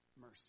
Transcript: mercy